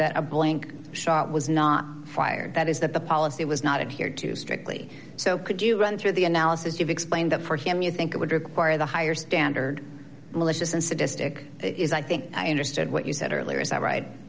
that a blank shot was not fired that is that the policy was not here to strictly so could you run through the analysis you've explained that for him you think it would require the higher standard malicious and sadistic is i think i understand what you said earlier is that right